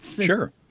Sure